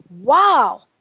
Wow